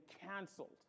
canceled